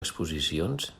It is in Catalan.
exposicions